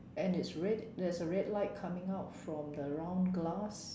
and it's red there's a red light coming out from the round glass